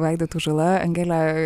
vaidotu žala angele